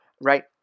right